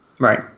Right